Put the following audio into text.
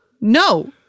No